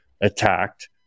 attacked